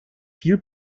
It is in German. viel